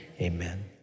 Amen